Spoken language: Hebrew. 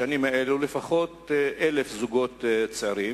בשנים האלה לפחות 1,000 זוגות צעירים,